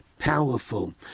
Powerful